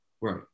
Right